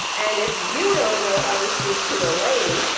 and if you don't know how to speak to a lady,